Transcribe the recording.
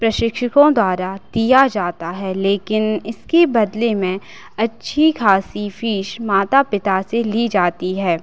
प्रशिक्षकों द्वारा दिया जाता है लेकिन इसके बदले में अच्छी ख़ासी फीश माता पिता से ली जाती है